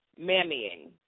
mammying